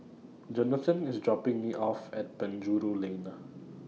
Jonathan IS dropping Me off At Penjuru Lane Na